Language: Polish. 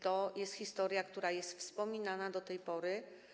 To jest historia, która jest wspominana do tej pory.